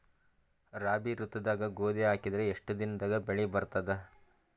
ರಾಬಿ ಋತುದಾಗ ಗೋಧಿ ಹಾಕಿದರ ಎಷ್ಟ ದಿನದಾಗ ಬೆಳಿ ಬರತದ?